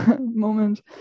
moment